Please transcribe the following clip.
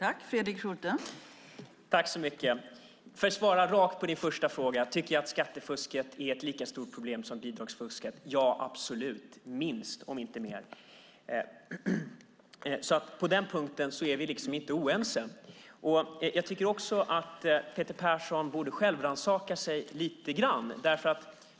Fru talman! För att svara rakt på din första fråga om jag tycker att skattefusket är ett lika stort problem som bidragsfusket: Ja, absolut, minst, om inte mer! På den punkten är vi inte oense. Jag tycker att Peter Persson borde rannsaka sig själv lite grann.